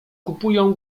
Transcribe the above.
kupują